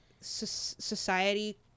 society